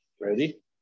ready